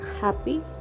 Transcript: happy